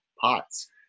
pots